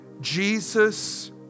Jesus